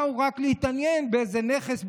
באו רק להתעניין באיזה נכס,